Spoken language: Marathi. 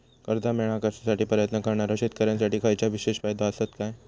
कर्जा मेळाकसाठी प्रयत्न करणारो शेतकऱ्यांसाठी खयच्या विशेष फायदो असात काय?